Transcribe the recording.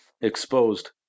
exposed